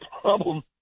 problem